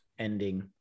ending